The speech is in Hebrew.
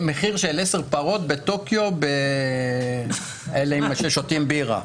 מחיר של 10 פרות בטוקיו, עם אלה ששותים בירה...